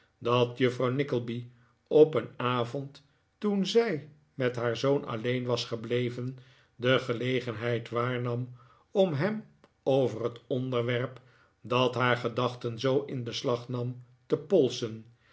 dat juffrouw nickleby op een avond toen zij met haar zoon alleen was gebleven de gelegenheid waarnam om hem over het onderwerp dat haar gedachten zoo in beslag nam te polsen